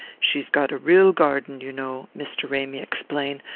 she's got a real garden, you know, mr. ramy explained,